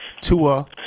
Tua